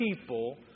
people